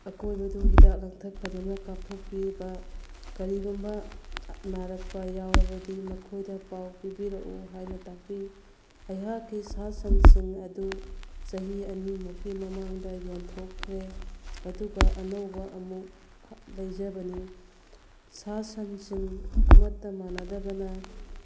ꯑꯀꯣꯏꯕꯗꯨ ꯍꯤꯗꯥꯛ ꯂꯥꯡꯊꯛ ꯐꯖꯅ ꯀꯥꯞꯊꯣꯛꯄꯤꯕ ꯀꯔꯤꯒꯨꯝꯕ ꯅꯥꯔꯛꯄ ꯌꯥꯎꯔꯕꯗꯤ ꯃꯈꯣꯏꯗ ꯄꯥꯎ ꯄꯤꯕꯤꯔꯛꯎ ꯍꯥꯏꯅ ꯇꯥꯛꯄꯤ ꯑꯩꯍꯥꯛꯀꯤ ꯁꯥ ꯁꯟꯁꯤꯡ ꯑꯗꯨ ꯆꯍꯤ ꯑꯅꯤꯃꯨꯛꯀꯤ ꯃꯃꯥꯡꯗ ꯌꯣꯟꯊꯣꯛꯈ꯭ꯔꯦ ꯑꯗꯨꯒ ꯑꯅꯧꯕ ꯑꯃꯨꯛ ꯂꯩꯖꯕꯅꯤ ꯁꯥ ꯁꯟꯁꯤꯡ ꯑꯃꯠꯇ ꯃꯥꯟꯅꯗꯕꯅ